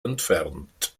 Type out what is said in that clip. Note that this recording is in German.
entfernt